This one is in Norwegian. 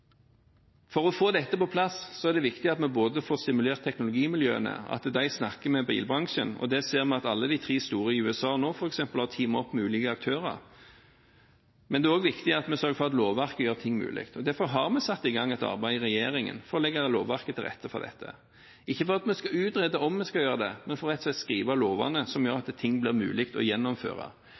For å få dette på plass er det viktig at vi både får stimulert teknologimiljøene, at de snakker med bilbransjen – og der ser vi nå f.eks. at alle de tre store i USA har teamet opp med mulige aktører – og at vi sørger for at lovverket gjør ting mulig. Derfor har vi satt i gang et arbeid i regjeringen for å legge lovverket til rette for dette. Det gjør vi ikke fordi vi skal utrede om vi skal gjøre det, men for rett og slett å skrive lovene som gjør at ting blir mulig å gjennomføre.